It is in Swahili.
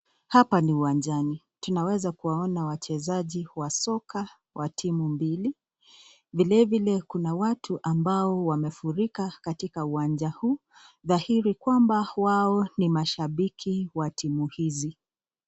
Hapa ni uwanjani. Tunaweza kuwaona wachezaji wa soka wa timu mbili. Vilevile kuna watu ambao wamefurika katika uwanja huu. Dhahiri kwamba wao ni mashabiki wa timu hizi.